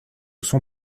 son